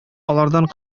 алардан